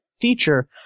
feature